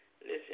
listen